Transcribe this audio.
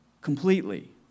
completely